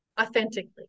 authentically